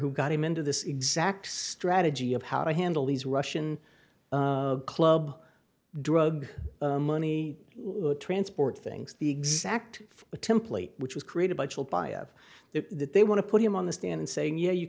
who got him into this exact strategy of how to handle these russian club drug money transport things the exact a template which was created by jewel by of that they want to put him on the stand saying yeah you